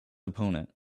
opponent